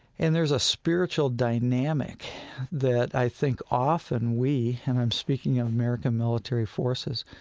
and there's a spiritual dynamic that i think often we, and i'm speaking of american military forces,